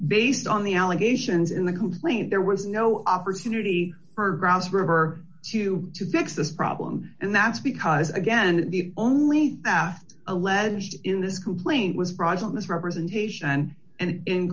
based on the allegations in the coup plain there was no opportunity for grounds for her to to fix this problem and that's because again the only alleged in this complaint was fraudulent misrepresentation and in